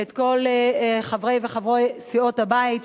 את כל חברי וחברות סיעות הבית,